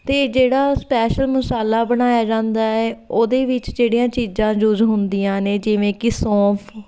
ਅਤੇ ਜਿਹੜਾ ਸਪੈਸ਼ਲ ਮਸਾਲਾ ਬਣਾਇਆ ਜਾਂਦਾ ਏ ਉਹਦੇ ਵਿੱਚ ਜਿਹੜੀਆਂ ਚੀਜ਼ਾਂ ਯੂਜ਼ ਹੁੰਦੀਆਂ ਨੇ ਜਿਵੇਂ ਕਿ ਸੌਂਫ